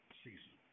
season